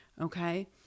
Okay